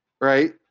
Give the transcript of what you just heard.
right